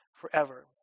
forever